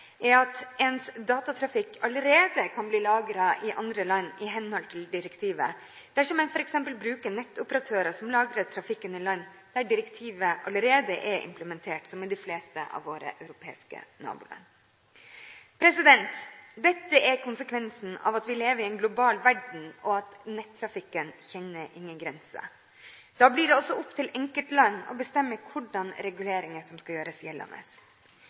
er at ens datatrafikk allerede kan bli lagret i andre land i henhold til direktivet dersom en f.eks. bruker nettoperatører som lagrer trafikken i land der direktivet allerede er implementert, som det er i de fleste av våre europeiske naboland. Dette er konsekvensen av at vi lever i en global verden, og at nettrafikken kjenner ingen grenser. Da blir det også opp til enkeltland å bestemme hvilke reguleringer som skal gjøres gjeldende.